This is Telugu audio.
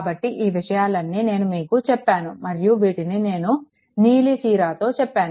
కాబట్టి ఈ విషయాలన్నీ నేను మీకు చెప్పాను మరియు వీటిని నేను నీలి సిరాతో చెప్పాను